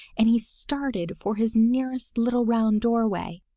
and he started for his nearest little round doorway.